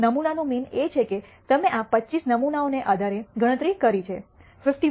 નમૂનાનો મીન એ છે કે તમે આ 25 નમૂનાઓ ના આધારે ગણતરી કરી છે 51